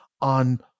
on